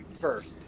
first